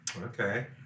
Okay